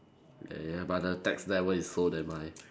ya ya but the tax level is so damn high